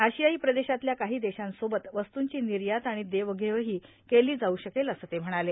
आशियाई प्रदेशातल्या काही देशांसोबत वस्तूंची निर्यात आणि देवघेवही केली जाऊ शकेल असं ते म्हणाले